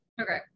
Okay